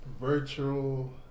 virtual